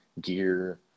gear